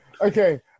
okay